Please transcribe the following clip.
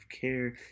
care